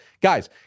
Guys